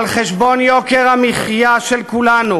על חשבון יוקר המחיה של כולנו,